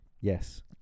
Yes